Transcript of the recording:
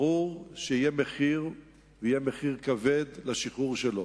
ברור שיהיה מחיר, ויהיה מחיר כבד, לשחרור שלו.